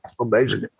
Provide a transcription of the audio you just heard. amazing